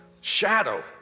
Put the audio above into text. Shadow